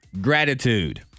Gratitude